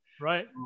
Right